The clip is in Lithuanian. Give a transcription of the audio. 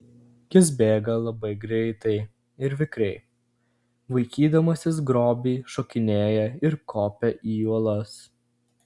jis bėga labai greitai ir vikriai vaikydamasis grobį šokinėja ir kopia į uolas